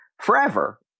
forever